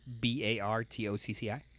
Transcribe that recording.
B-A-R-T-O-C-C-I